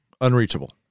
unreachable